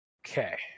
okay